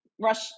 rush